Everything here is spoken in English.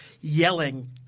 yelling